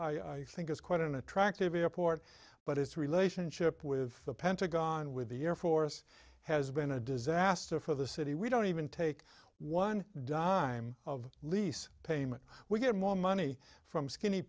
i think is quite an attractive airport but its relationship with the pentagon with the air force has been a disaster for the city we don't even take one dime of lease payment we get more money from skinny